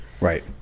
Right